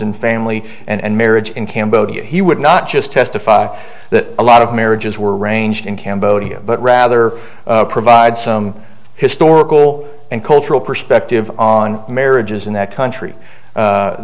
in family and marriage in cambodia he would not just testify that a lot of marriages were arranged in cambodia but rather provide some historical and cultural perspective on marriages in that country